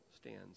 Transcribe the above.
stands